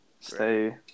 Stay